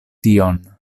tion